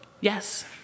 yes